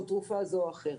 או תרופה זו או אחרת.